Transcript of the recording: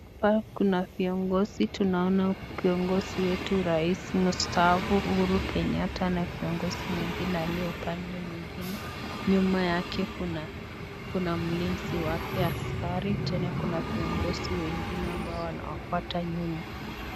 Hapa kuna viongozi tena tunaona kiongozi wetu rais mstahafu Uhuru kenyatta na kiongozi mwingine aliye upande mwingine nyuma yake kuna mlinzi wake askari tena viongozi wengine ambao wanawafuata nyuma.